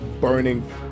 burning